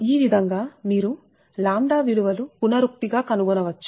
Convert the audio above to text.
ఈ విధంగా మీరు విలువ లు పునరుక్తి గా కనుగొనవచ్చు